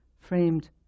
framed